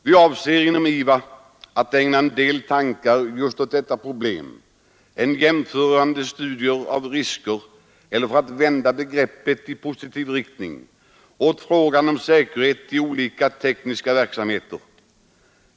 Vi avser inom IVA att ägna en hel del tankar just åt detta problem, en jämförande studie av risker — eller för att vända begreppet i positiv riktning — åt frågan om säkerhet i olika tekniska verksamheter.